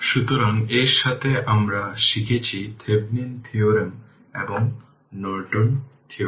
সুতরাং Leq 4 henry এবং R 8 Ω